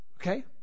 Okay